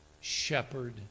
shepherd